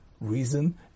reason